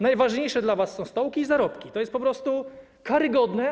Najważniejsze dla was są stołki i zarobki, to jest po prostu karygodne.